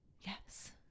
Yes